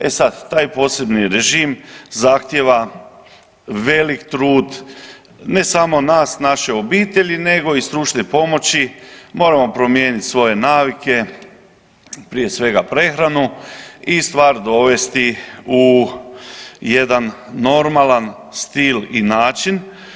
E sad taj posebni režim zahtjeva veliki trud, ne samo nas naše obitelji nego i stručne pomoći, moramo promijeniti svoje navike, prije svega prehranu i stvar dovesti u jedan normalan stil i način.